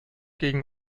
gegen